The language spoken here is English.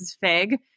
Fig